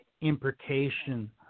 imprecation